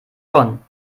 bonn